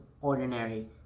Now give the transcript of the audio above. ordinary